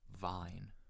Vine